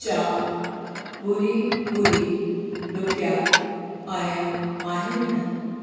चारि ॿुड़ी ॿुड़ी रुपया आहियां आहिनि न